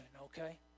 okay